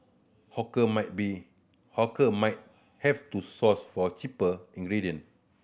hawker might be hawker might have to source for cheaper ingredient